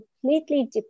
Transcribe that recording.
completely